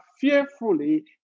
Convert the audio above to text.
fearfully